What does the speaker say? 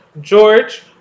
George